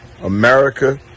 America